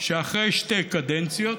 שאחרי שתי קדנציות